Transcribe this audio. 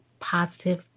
positive